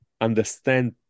understand